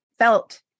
Felt